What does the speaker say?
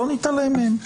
לא נתעלם מהן,